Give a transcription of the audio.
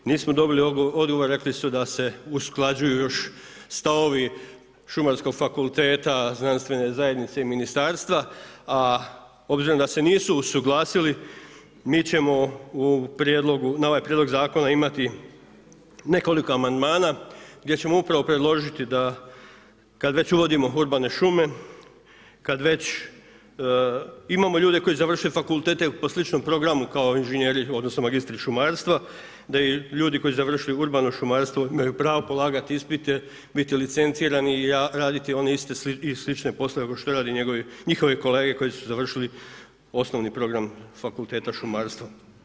Nismo dobili odgovor, rekli su da se usklađuju još stavovi Šumarskog fakulteta, znanstvene zajednice i Ministarstva, a obzirom da se nisu usuglasili mi ćemo na ovaj Prijedlog Zakona imati nekoliko amandmana gdje ćemo upravo predložiti da kad već uvodimo urbane šume, kad već imamo ljude koji su završili fakultete po sličnom programu kao inženjeri odnosno magistri šumarstva, da i ljudi koji su završiti urbano šumarstvo imaju pravo polagati ispite, biti licencirani i raditi one iste i slične poslove kao što rade njihovi kolege koji su završili osnovni program fakulteta šumarstva.